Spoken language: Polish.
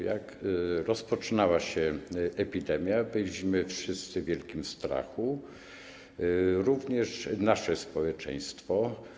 Jak rozpoczynała się epidemia, byliśmy wszyscy w wielkim strachu, również nasze społeczeństwo.